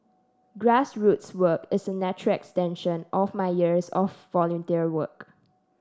grassroots work is a natural extension of my years of volunteer work